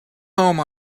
home